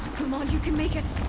come on, you can make it!